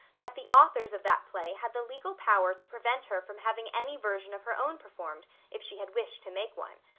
that the authors of that play had the legal power to prevent her from having any version of her own performed, if she had wished to make one.